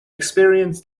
experience